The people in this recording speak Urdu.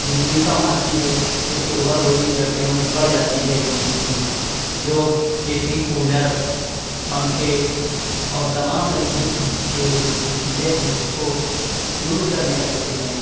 بجلی کم آتی ہے کیوں کہ اوور لوڈنگ گرمیوں میں بڑھ جاتی ہے بجلی کی لوگ اے سی کولر پنکھے اور تمام طریقے کے جو چیزیں ہیں اُس کو یوز کرنے لگتے ہیں